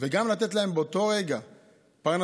וגם לתת להם באותו רגע פרנסה,